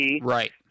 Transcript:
right